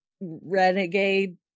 renegade